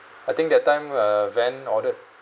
I think that time uh van ordered